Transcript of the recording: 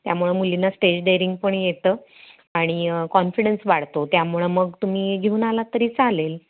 त्यामुळं मुलीना stage daring पण येतं आणि कॉन्फिडन्स वाढतो त्यामुळं मग तुम्ही घेऊन आला तरी चालेल